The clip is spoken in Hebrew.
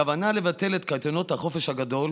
הכוונה לבטל את קייטנות החופש הגדול